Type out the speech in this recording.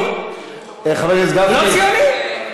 טוב, חבר הכנסת גפני, לא ציוני?